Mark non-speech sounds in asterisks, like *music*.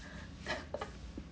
*laughs*